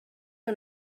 que